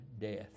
death